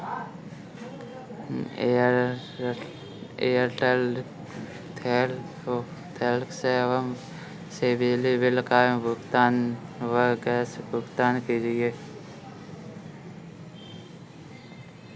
Airtel thanks app से बिजली bill का भुगतान व गैस भुगतान कीजिए